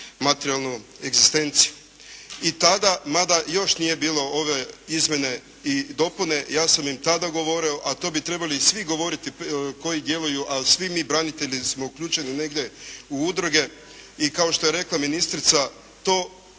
materijalnu egzistenciju. I tada, mada još nije bilo ove izmjene i dopune, ja sam im tada govorio, a to bi trebali i svi govoriti koji djeluju, a svi mi branitelji smo uključeni negdje u udruge i kao što je rekla ministrica, to